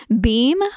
beam